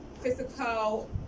physical